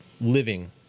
living